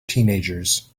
teenagers